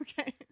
Okay